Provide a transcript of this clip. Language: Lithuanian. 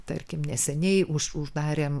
tarkim neseniai už uždarėm